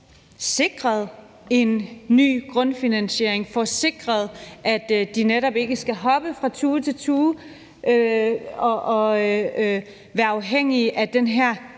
sikret en ny grundfinansiering, at vi får sikret, at de netop ikke skal hoppe fra tue til tue og være afhængige af den